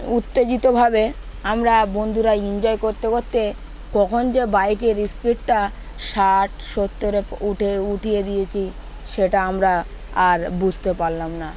উত্তেজিতভাবে আমরা বন্ধুরা এনজয় করতে করতে কখন যে বাইকের স্পিডটা ষাট সত্তরে উঠে উঠিয়ে দিয়েছি সেটা আমরা আর বুঝতে পারলাম না